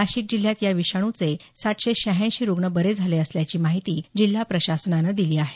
नाशिक जिल्ह्यात या विषाणूचे सातशे श्यहाऐंशी रुग्ण बरे झाले असल्याची माहितीही जिल्हा प्रशासनानं दिली आहे